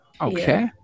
Okay